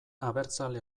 abertzale